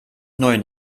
neu